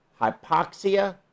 hypoxia